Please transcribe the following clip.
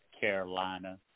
Carolina